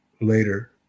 later